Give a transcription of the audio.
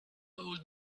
old